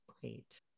great